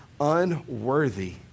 unworthy